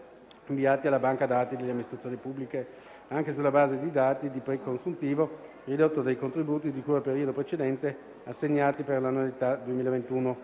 inviati alla banca dati delle amministrazioni pubbliche (BDAP), anche sulla base di dati di pre-consuntivo, ridotto dei contributi di cui al periodo precedente assegnati per l'annualità 2021.